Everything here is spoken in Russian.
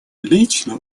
лично